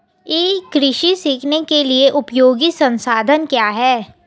ई कृषि सीखने के लिए उपयोगी संसाधन क्या हैं?